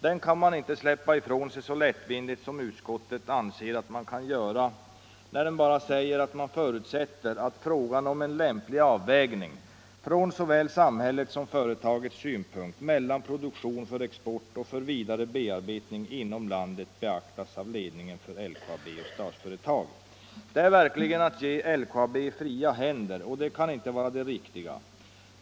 Den kan man inte släppa ifrån sig så lättvindigt som utskottet anser att man kan göra när utskottet bara säger att man förutsätter att ”frågan om en lämplig avvägning — från såväl samhällets som företagets synpunkt — mellan produktion för export och för vidare bearbetning inom landet beaktas av ledningen för LKAB och Statsföretag”. Det är verkligen att ge LKAB fria händer, och det kan inte vara det riktiga.